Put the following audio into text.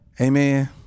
Amen